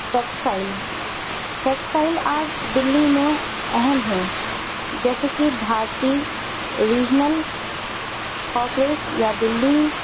textile textile art Delhi میں اہم ہے جیسے کہ بھارتی ریجنل یا دلی